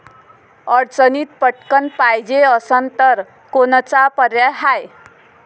अडचणीत पटकण पायजे असन तर कोनचा पर्याय हाय?